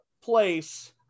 place